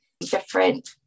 different